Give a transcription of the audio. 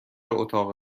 اتاق